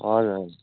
हजुर